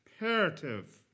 imperative